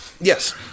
Yes